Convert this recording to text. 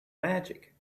magic